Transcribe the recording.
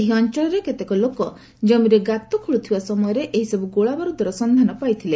ଏହି ଅଞ୍ଚଳରେ କେତେକ ଲୋକ ଜମିରେ ଗାତ ଖୋଳୁଥବା ସମୟରେ ଏହିସବ୍ର ଗୋଳାବାରୂଦର ସନ୍ଧାନ ପାଇଥିଲେ